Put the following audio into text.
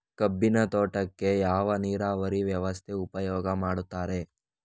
ಕಬ್ಬಿನ ತೋಟಕ್ಕೆ ಯಾವ ನೀರಾವರಿ ವ್ಯವಸ್ಥೆ ಉಪಯೋಗ ಮಾಡುತ್ತಾರೆ?